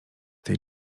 tej